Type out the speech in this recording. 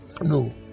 No